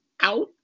out